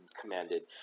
commanded